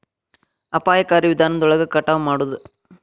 ಅಪಾಯಕಾರಿ ವಿಧಾನದೊಳಗ ಕಟಾವ ಮಾಡುದ